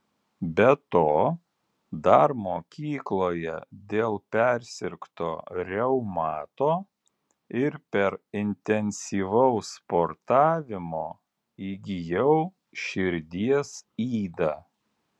be to dar mokykloje dėl persirgto reumato ir per intensyvaus sportavimo įgijau širdies ydą